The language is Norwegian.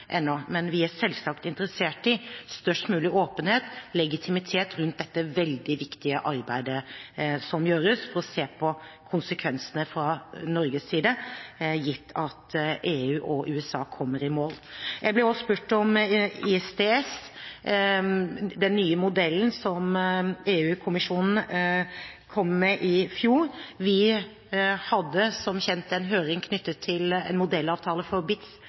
Men vi er selvsagt interessert i størst mulig åpenhet, legitimitet, rundt dette veldig viktige arbeidet som gjøres for å se på konsekvensene fra Norges side, gitt at EU og USA kommer i mål. Jeg ble også spurt om ISDS, den nye modellen som EU-kommisjonen kom med i fjor. Vi hadde som kjent en høring knyttet til en modellavtale for BITs